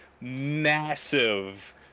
massive